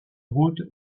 route